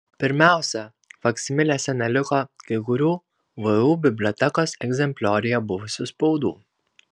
pirmiausia faksimilėse neliko kai kurių vu bibliotekos egzemplioriuje buvusių spaudų